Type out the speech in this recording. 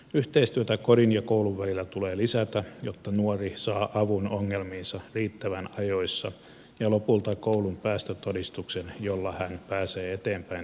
yhteistyötä kodin ja koulun välillä tulee lisätä jotta nuori saa avun ongelmiinsa riittävän ajoissa ja lopulta koulun päästötodistuksen jolla hän pääsee eteenpäin elämässä